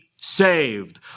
saved